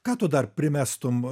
ką tu dar primestum